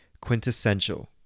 Quintessential